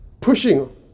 Pushing